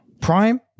Prime